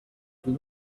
from